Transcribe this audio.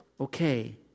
Okay